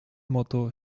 motto